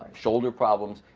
shoulder problems,